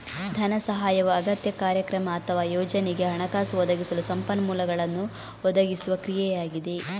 ಧನ ಸಹಾಯವು ಅಗತ್ಯ, ಕಾರ್ಯಕ್ರಮ ಅಥವಾ ಯೋಜನೆಗೆ ಹಣಕಾಸು ಒದಗಿಸಲು ಸಂಪನ್ಮೂಲಗಳನ್ನು ಒದಗಿಸುವ ಕ್ರಿಯೆಯಾಗಿದೆ